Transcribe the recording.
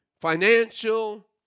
financial